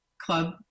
club